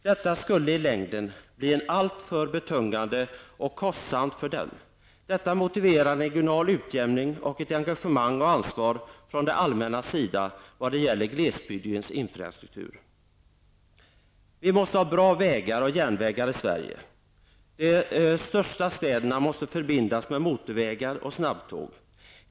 Det skulle i längden bli alltför betungande och kostsamt för dem. Detta motiverar en regional utjämning och ett engagemang och ansvar från det allmännas sida när det gäller glesbygdens infrastruktur. Vi måste ha bra vägar och järnvägar i Sverige. De största städerna måste förbindas med motorvägar och snabbtåg.